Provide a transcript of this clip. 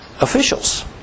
officials